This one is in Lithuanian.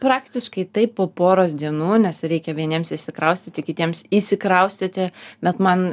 praktiškai taip po poros dienų nes reikia vieniems išsikraustyti kitiems įsikraustyti bet man